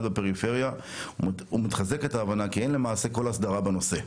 בפריפריה ומתחזקת ההבנה כי אין למעשה כל הסדרה בנושא.